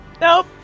Nope